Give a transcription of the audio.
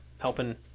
helping